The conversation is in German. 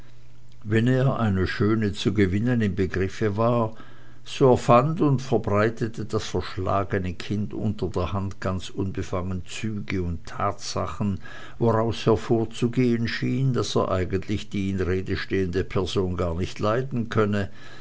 wenn er eine schöne zu gewinnen im begriffe war so erfand und verbreitete das verschlagene kind unterderhand ganz unbefangen züge und tatsachen woraus hervorzugehen schien daß er eigentlich die in rede stehende person gar nicht leiden könne